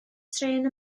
trên